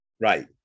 Right